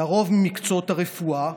לרוב במקצועות הרפואה.